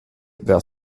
der